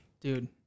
Dude